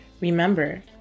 remember